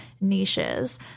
niches